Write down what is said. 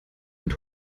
mit